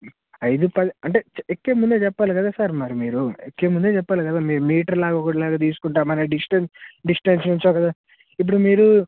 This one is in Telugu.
ఐదు పది అంటే ఎక్కేముందే చెప్పాలి కదా సార్ మరి మీరు ఎక్కే ముందే చెప్పాలి కదా మీ మీటర్ లాగా ఒకటిలాగా తీసుకుంటాం డిస్టెన్స్ డిస్టెన్స్ నుంచి ఒక ఇప్పుడు మీరు